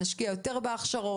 נשקיע יותר בהכשרות,